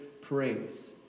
praise